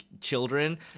children